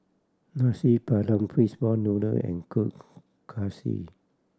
Nasi Padang fish ball noodle and Kuih Kaswi